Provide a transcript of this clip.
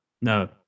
No